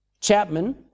Chapman